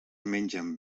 mengen